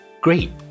Great